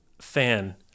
fan